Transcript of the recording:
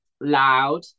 Loud